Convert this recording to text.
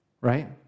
Right